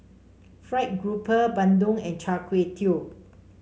fried grouper bandung and Char Kway Teow